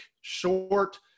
short